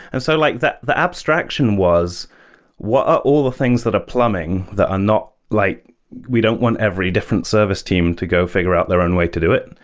and so like the abstraction was what are all the things that are plumbing that are not like we don't want every different service team to go figure out their own way to do it.